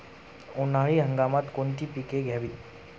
उन्हाळी हंगामात कोणती पिके घ्यावीत?